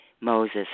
Moses